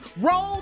Roll